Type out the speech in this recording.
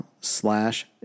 slash